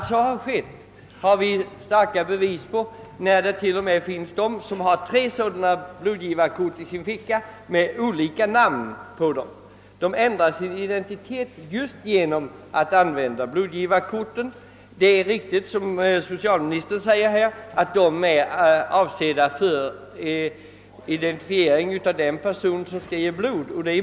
Det finns starka bevis för att blodgivarkort använts på ett sådant sätt. Det finns personer som haft tre blodgivarkort med olika namn på. Sådana personer ändrar vid behov sin identitet genom att använda dessa blodgivarkort. Det är riktigt, såsom socialministern framhåller, att blodgivarkorten avses för identifiering av personer som ger blod.